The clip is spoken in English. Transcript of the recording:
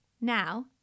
Now